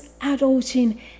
adulting